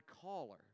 caller